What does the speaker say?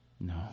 no